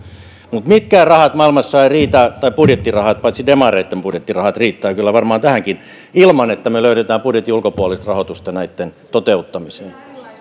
mutta mitkään budjettirahat maailmassa eivät tähän riitä paitsi demareitten budjettirahat riittävät kyllä varmaan tähänkin ilman että me löydämme budjetin ulkopuolista rahoitusta näitten toteuttamiseen